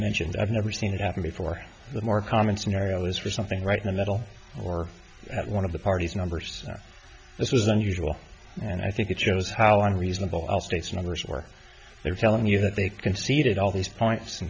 mentions i've never seen it happen before the more common scenario is for something right in the middle or at one of the parties numbers this was unusual and i think it shows how unreasonable all states numbers were they were telling you that they conceded all these points